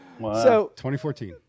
2014